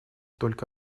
только